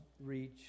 reach